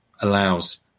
allows